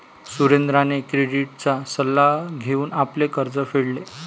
सुरेंद्रने क्रेडिटचा सल्ला घेऊन आपले कर्ज फेडले